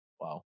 Wow